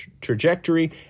trajectory